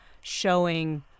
showing